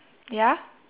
ya